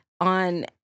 On